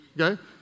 okay